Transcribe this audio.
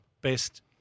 Best